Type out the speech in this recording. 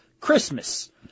Christmas